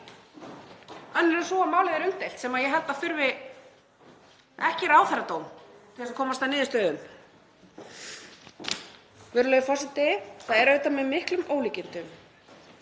önnur er sú að málið er umdeilt, sem ég held að þurfi ekki ráðherradóm til þess að komast að niðurstöðu um. Virðulegur forseti. Það er auðvitað með miklum ólíkindum